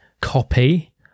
copy